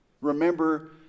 remember